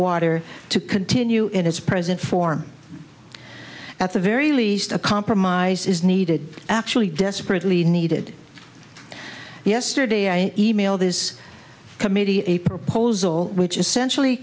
water to continue in its present form at the very least a compromise is needed actually desperately needed yesterday i emailed this committee a proposal which essentially